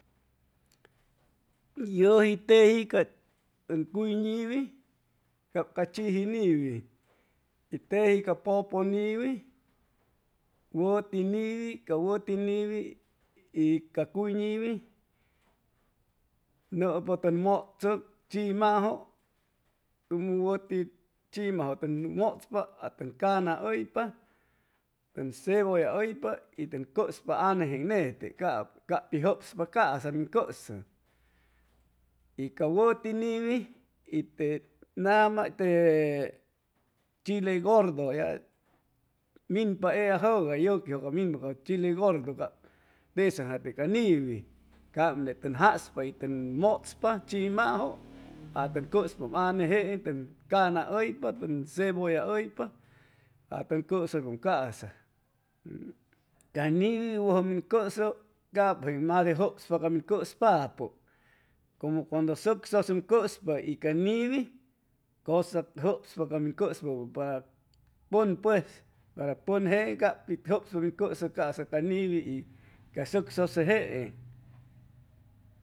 Yuji teji can cuy niwi cab ca chiji niwi y teji ca papu niwi wuti niwi ca wuti niwi y ca cuyniwi nupa ni mutsu chimaju tumu wuti chimaju tuwan mutspa atun cana uy pa tun cebolla uypa y tun cuspa ane seen nete capu cabpi jubspa casa min cusu y ca wuti niwi y te nama te e chile gurdo minpa ella juga yuquijuga min papu chile gurdo cab tesa jate ca niwi cab net tun jaspa y tun mutspa chimaju a tun cuspa anejeen tun cana uypa tun cebolla uypa mas de jubspa ca min cuspapu como cuando suc suse um cuspa y ca niwi cusa jubspa ca cuspapu para pun pues para pun jeen ca pijubsa min cusu casa ca niwi ca suc suse jeen.